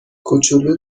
کوچولو